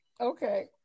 Okay